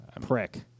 prick